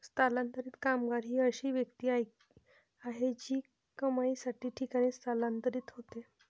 स्थलांतरित कामगार ही अशी व्यक्ती आहे जी कमाईसाठी ठिकाणी स्थलांतरित होते